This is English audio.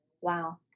Wow